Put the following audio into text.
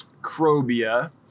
Crobia